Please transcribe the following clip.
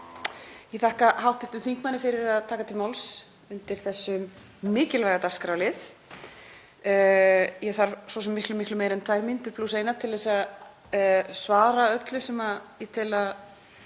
Ég þakka hv. þingmanni fyrir að taka til máls undir þessum mikilvæga dagskrárlið. Ég þarf svo sem miklu meira en tvær mínútur plús eina til að svara öllu sem ég tel að